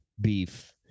beef